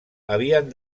havien